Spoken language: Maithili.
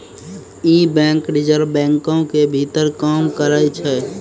इ बैंक रिजर्व बैंको के भीतर काम करै छै